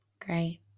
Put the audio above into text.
Great